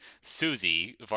Susie